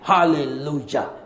Hallelujah